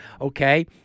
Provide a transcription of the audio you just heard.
okay